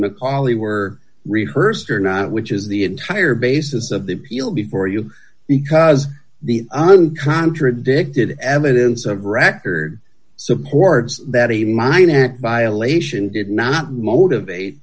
poly were rehearsed or not which is the entire basis of the appeal before you because the contradicted evidence of record supports that even mine and violation did not motivate